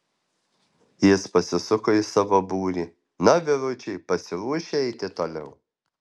jis pasisuko į savo būrį na vyručiai pasiruošę eiti toliau